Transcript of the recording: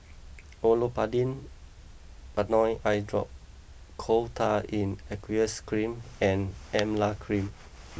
Olopatadine Patanol Eyedrop Coal Tar in Aqueous Cream and Emla Cream